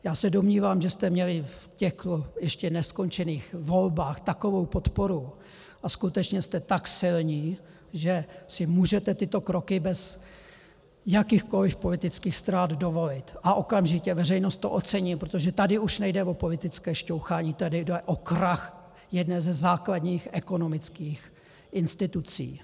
Já se domnívám, že jste měli v těch ještě neskončených volbách takovou podporu a skutečně jste tak silní, že si můžete tyto kroky bez jakýchkoliv politických ztrát dovolit, a okamžitě veřejnost to ocení, protože tady už nejde o politické šťouchání, tady jde o krach jedné ze základních ekonomických institucí.